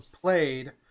played